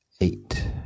Eight